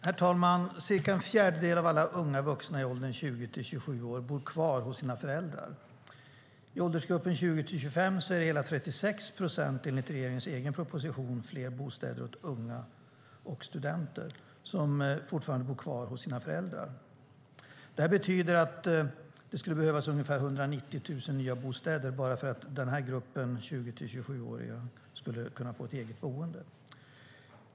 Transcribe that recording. Herr talman! Cirka en fjärdedel av alla unga vuxna i åldern 20-27 år bor kvar hos sina föräldrar. I åldersgruppen 20-25 år är det hela 36 procent som bor kvar hemma, enligt regeringens proposition om fler bostäder till unga och studenter. Det betyder att det skulle behövas ca 190 000 nya bostäder bara för att gruppen 20-27-åringar skulle få ett eget boende.